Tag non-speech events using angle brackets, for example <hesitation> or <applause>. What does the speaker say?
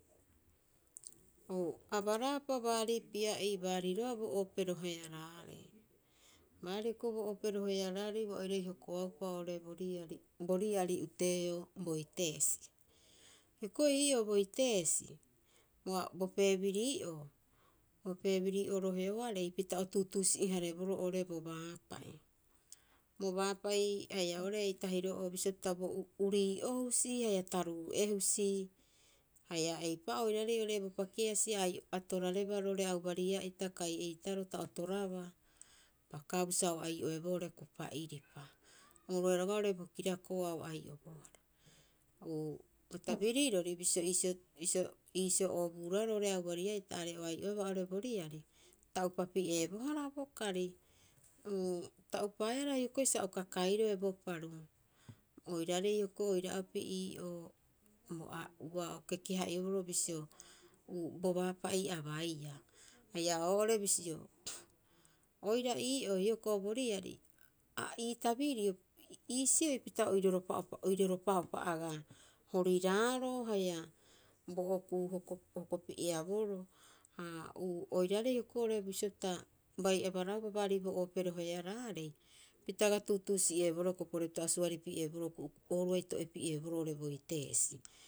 O abaraapa baari pia'ii, baarii roga'a bo oope roearaarei. Baarii hioko'i bo oope roheraarei, ua oirai hokoaupa oo'ore bo riari. Bo riari, uteeoo Boiteesi. Hioko'i ii'oo Boiteesi, bo pemilii'oo, bo pemilii'oo roheoarei pita o tuutuusi'e- hareeboroo oo'ore bo baapa'i. Bo baapa'i haia oo'ore eitahiro'oo, bisio pita urii'o husii haia taruu'e husi, haia eipa'oo oiraarei oo'ore bo pakeasi a torareba roo'ore aubaria'ita kai eitaroo ta o torabaa. Pakaabu sa o ai'oeboo oo'ore kupa'iripa. Oru oira roga'a oo'ore bo kirako'o a o'aibohara. Bo tabirirori bisio iisio bisio iisio oobuuroeaa roo'ore aubaria'ita are o ai'oebaa oo'ore bo riari, ta upa pi'eebohara bo kari. <hesitation> Ta upaehara hioko'i sa uka kairoe bo paru. Oiraarei hioko'i oira'opi ii'oo <unintelligible> ua o keke- haa'ioboroo bisio bo baapa'i a baiia haia oo'ore bisio <noise> oira ii'oo hioko'i bo riari, ha ii tabirio, iisioi pita o iroropa'upa o iroropa'upa agaa horiraaroo haia bo okuu hoko hoko pi'eaboroo. Ha uu, oiraarei hioko'i oo'ore bisio pita bai abaraauba baari bo oope rohearaarei, pita agaa tuutuusi'eboroo hioko'i porepita, o suari pi'eeboroo ku'u, ooruai to'e pi'eeboroo oo'ore Boiteesi.